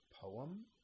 poem